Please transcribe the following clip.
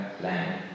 land